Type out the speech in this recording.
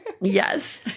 Yes